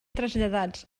traslladats